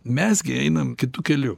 me gi einam kitu keliu